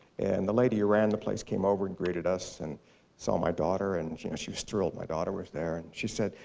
and the lady who ran the place came over and greeted us, and saw my daughter, and she and she was thrilled. my daughter was there, and she said,